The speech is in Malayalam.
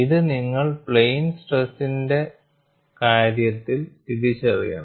ഇത് നിങ്ങൾ പ്ലെയിൻ സ്ട്രെസിന്റെ കാര്യത്തിൽ തിരിച്ചറിയണം